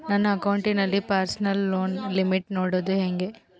ನನ್ನ ಅಕೌಂಟಿನಲ್ಲಿ personal loan limit ನೋಡದು ಹೆಂಗೆ?